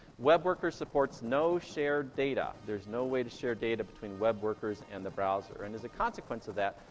web worker supports no shared data. there's no way to share data between web workers and the browser, and as a consequence of that,